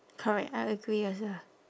correct I agree also